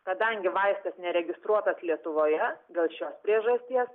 kadangi vaistas neregistruotas lietuvoje dėl šios priežasties